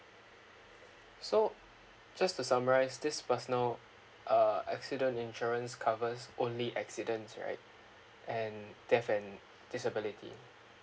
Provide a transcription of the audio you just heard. so just to summarise this personal uh accident insurance covers only accidents right and death and disability